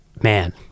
man